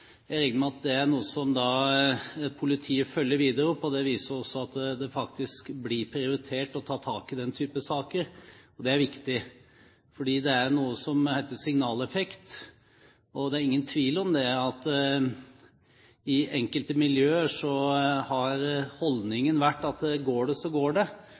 Jeg regner med at det er noe som politiet følger opp videre. Det viser også at det faktisk blir prioritert og tatt tak i denne typen saker. Det er viktig, fordi det er noe som heter signaleffekt. Det er ingen tvil om at i enkelte miljøer har holdningen vært at går det, så går det,